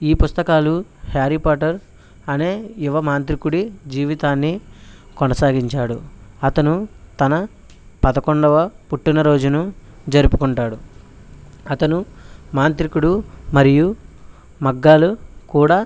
ఈ పుస్తకాలు Harry Potter అనే యువ మాంత్రికుడి జీవితాన్ని కొనసాగించాడు అతడు తన పదకొండవ పుట్టినరోజును జరుపుకుంటాడు అతను మాంత్రికుడు మరియు మగ్గాలు కూడా